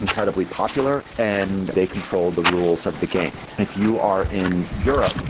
incredibly popular and they control the rules of the game if you are in europe,